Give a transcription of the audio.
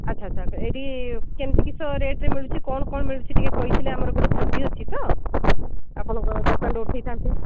ଆଚ୍ଛା ଆଚ୍ଛା ଆଚ୍ଛା ଏଇଠି କେମତି କିସ ରେଟ୍ରେ ମିଳୁଛି କ'ଣ କ'ଣ ମିଳୁଛି ଟିକେ କହିଥିଲେ ଆମର ଗୋଟେ ଭୋଜି ଅଛି ତ ଆପଣଙ୍କ ଦୋକାନରୁ ଉଠାଇ ଥାନ୍ତି